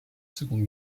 seconde